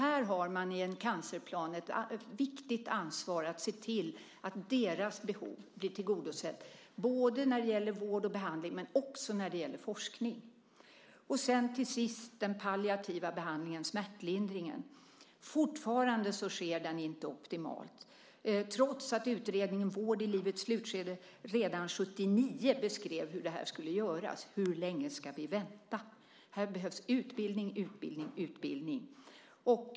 Här har man i en cancerplan ett viktigt ansvar att se till att deras behov blir tillgodosett både när det gäller vård och behandling och när det gäller forskning. Till sist har vi den palliativa behandlingen, smärtlindringen, som fortfarande inte sker optimalt, trots att utredningen Vård i livets slutskede redan 1979 beskrev hur det skulle göras. Hur länge ska vi vänta? Här behövs utbildning, utbildning, utbildning.